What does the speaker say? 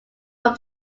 from